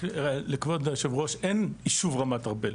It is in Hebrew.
כבוד יושב הראש, אין ישוב רמת ארבל.